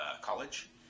college